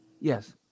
Yes